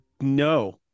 No